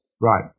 right